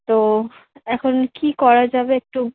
তো এখন কী করা যাবে একটু